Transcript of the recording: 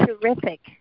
terrific